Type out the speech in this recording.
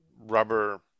rubber